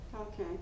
okay